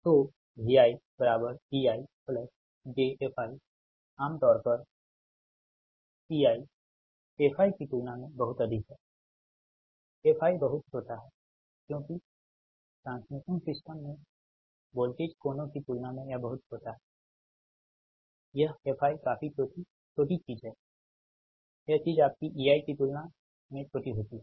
तो Vieijfi आम तौर पर ei fi की तुलना में बहुत अधिक है fi बहुत छोटा है क्योंकि ट्रांसमिशन सिस्टम में वोल्टेज कोणों की तुलना में यह बहुत छोटा है यह fi काफी छोटी चीज है यह चीज आपकी ei की तुलना में छोटी होती है